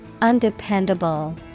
Undependable